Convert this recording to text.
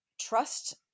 trust